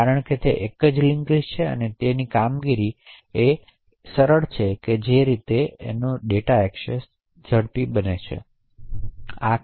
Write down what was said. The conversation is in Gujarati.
હવે કારણ કે તે એક જ લિંક્સ લિસ્ટ છે તેથી ત્યાં કામગીરીની છેલ્લી આઉટ કામગીરી છે જે આગળ વધે છે